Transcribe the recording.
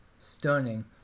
stunning